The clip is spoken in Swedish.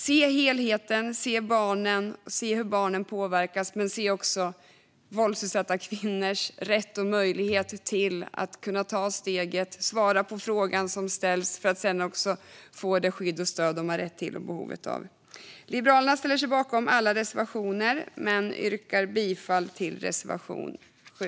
Se helheten, se barnen och hur de påverkas! Men se också våldsutsatta kvinnors rätt och möjlighet att ta steget och svara på frågan som ställs för att sedan få det skydd och stöd som de har rätt till och behov av! Liberalerna ställer sig bakom alla reservationer men yrkar bifall bara till reservation 7.